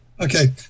Okay